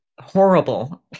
horrible